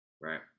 Right